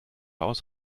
aus